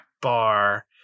bar